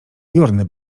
jurny